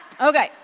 Okay